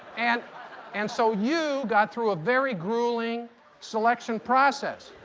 and and so you got through a very grueling selection process.